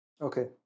Okay